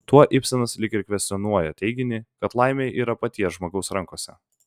tuo ibsenas lyg ir kvestionuoja teiginį kad laimė yra paties žmogaus rankose